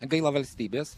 gaila valstybės